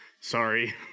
Sorry